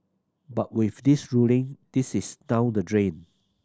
but with this ruling this is down the drain